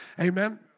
amen